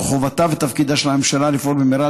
זו חובתה ותפקידה של הממשלה לפעול במהרה